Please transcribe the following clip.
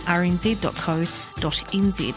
rnz.co.nz